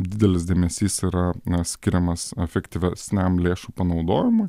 didelis dėmesys yra skiriamas efektyvesniam lėšų panaudojimui